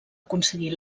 aconseguir